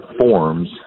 forms